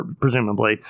presumably